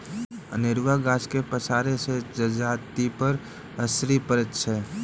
अनेरूआ गाछक पसारसँ जजातिपर असरि पड़ैत छै